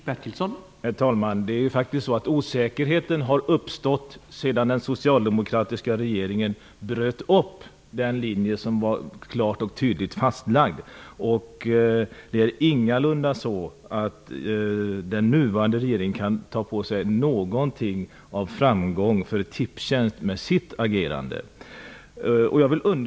Herr talman! Osäkerheten har uppstått sedan den socialdemokratiska regeringen bröt upp den linje som var klart och tydligt fastlagd. Det är ingalunda så att den nuvarande regeringen kan ta åt sig någonting av Tipstjänsts framgång med sitt agerande. Herr talman!